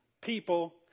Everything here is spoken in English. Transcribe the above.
people